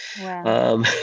Wow